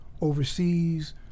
overseas